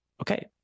Okay